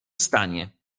stanie